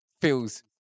feels